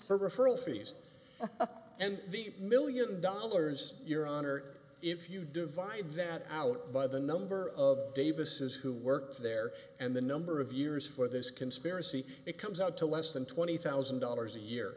third referral fees and the million dollars your honor if you divide that out by the number of davis who work there and the number of years for this conspiracy it comes out to less than twenty thousand dollars a year